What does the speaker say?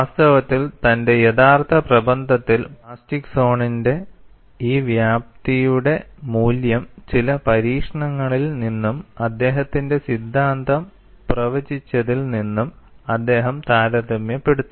വാസ്തവത്തിൽ തന്റെ യഥാർത്ഥ പ്രബന്ധത്തിൽ പ്ലാസ്റ്റിക് സോണിന്റെ ഈ വ്യാപ്തിയുടെ മൂല്യം ചില പരീക്ഷണങ്ങളിൽ നിന്നും അദ്ദേഹത്തിന്റെ സിദ്ധാന്തം പ്രവചിച്ചതിൽ നിന്നും അദ്ദേഹം താരതമ്യപ്പെടുത്തി